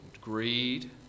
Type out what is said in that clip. greed